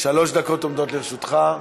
שלוש דקות עומדות לרשותך.